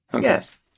Yes